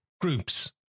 groups